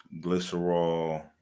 glycerol